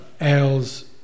ales